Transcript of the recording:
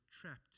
trapped